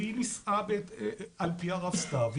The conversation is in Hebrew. והיא נישאה על פי הרב סתיו,